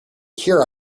here